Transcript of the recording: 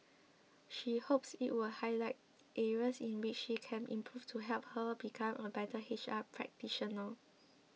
she hopes it would highlight areas in which she can improve to help her become a better H R practitioner